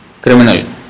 criminal